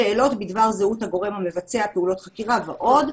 שאלות בדבר זהות הגורם המבצע פעולות חקירה ועוד.